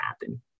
happen